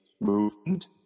Movement